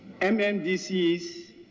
MMDCs